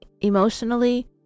emotionally